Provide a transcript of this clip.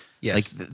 Yes